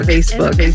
Facebook